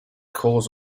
cause